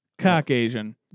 Caucasian